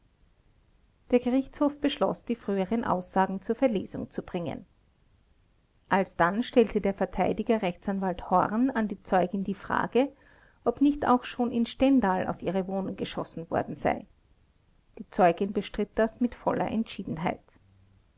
der gerichtshof beschloß die früheren aussagen zur verlesung zu bringen alsdann stellte der verteidiger r a horn an die zeugin die frage ob nicht auch schon in stendal auf ihre wohnung geschossen worden sei die zeugin bestritt das mit voller entschiedenheit